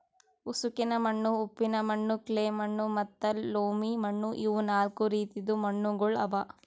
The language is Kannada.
ಉಸುಕಿನ ಮಣ್ಣು, ಉಪ್ಪಿನ ಮಣ್ಣು, ಕ್ಲೇ ಮಣ್ಣು ಮತ್ತ ಲೋಮಿ ಮಣ್ಣು ಇವು ನಾಲ್ಕು ರೀತಿದು ಮಣ್ಣುಗೊಳ್ ಅವಾ